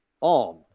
on